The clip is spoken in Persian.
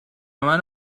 منو